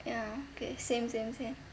ya okay same same same